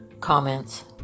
comments